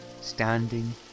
standing